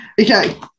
Okay